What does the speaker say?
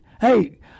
hey